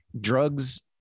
drugs